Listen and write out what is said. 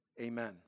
Amen